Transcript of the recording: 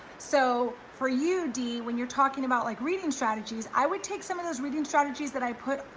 so for you dee when you're talking about like reading strategies, i would take some of those reading strategies that i put,